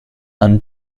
and